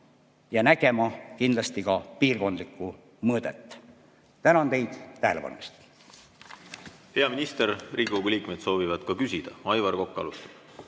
nägema kindlasti ka piirkondlikku mõõdet. Tänan teid tähelepanu eest!